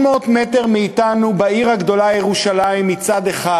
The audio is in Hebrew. ו-800 מטר מאתנו בעיר הגדולה ירושלים מצד אחד